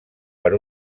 per